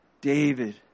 David